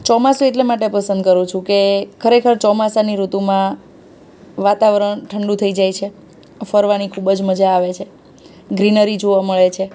ચોમાસું એટલા માટે પસંદ કરું છું કે ખરેખર ચોમાસાની ઋતુમાં વાતાવરણ ઠડું થઈ જાય છે ફરવાની ખૂબ જ મજા આવે છે ગ્રીનરી જોવા મળે છે